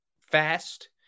fast